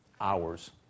hours